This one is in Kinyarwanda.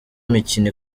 mikino